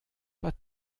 pas